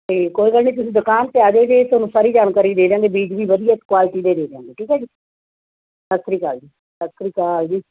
ਅਤੇ ਕੋਈ ਗੱਲ ਨੀ ਤੁਸੀਂ ਦੁਕਾਨ 'ਤੇ ਆ ਜਾਇਓ ਜੇ ਤੁਹਾਨੂੰ ਸਾਰੀ ਜਾਣਕਾਰੀ ਦੇ ਦਿਆਂਗੇ ਬੀਜ ਵੀ ਵਧੀਆ ਕੁਆਲਿਟੀ ਦੇ ਦਿਆਂਗੇ ਜੀ ਠੀਕ ਹੈ ਜੀ ਸਤਿ ਸ਼੍ਰੀ ਅਕਾਲ ਜੀ ਸਤਿ ਸ਼੍ਰੀ ਅਕਾਲ ਜੀ